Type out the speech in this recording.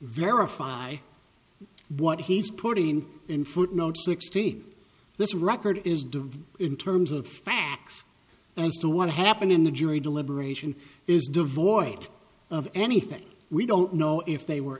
verify what he's putting in footnote sixteen this record is due in terms of facts as to what happened in the jury deliberation is devoid of anything we don't know if they were